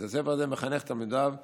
בית הספר הזה מחנך את תלמידיו למנהיגות,